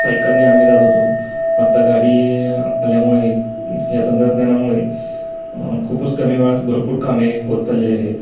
सायकलने आम्ही जात होतो आत्ता गाडी आल्यामुळे ह्या तंत्रज्ञानामुळे खूपच कमी वेळात भरपूर कामे होत चाललेले आहेत